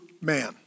man